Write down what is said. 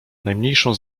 najmniejszą